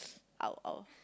I'll I'll